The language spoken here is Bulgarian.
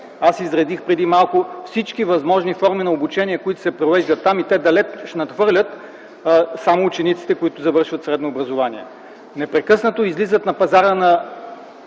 аз изредих всички възможни форми на обучение, които се провеждат там. Те далеч надхвърлят само учениците, които завършват средно образование. Непрекъснато излизат на пазара на